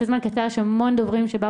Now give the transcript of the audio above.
חשובה